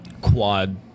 quad-